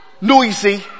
Noisy